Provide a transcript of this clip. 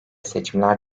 seçimler